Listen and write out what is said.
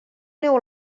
neu